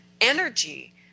energy